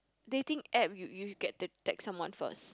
dating app you you get to text someone first